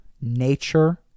nature